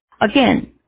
again